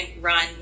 run